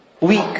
weak